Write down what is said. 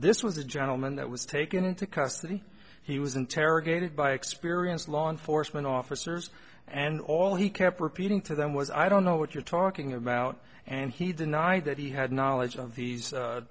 this was a gentleman that was taken into custody he was interrogated by experienced law enforcement officers and all he kept repeating to them was i don't know what you're talking about and he denied that he had knowledge of these